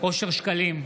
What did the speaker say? אושר שקלים,